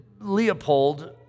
Leopold